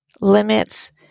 limits